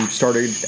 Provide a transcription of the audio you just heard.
started